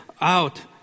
out